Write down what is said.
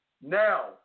Now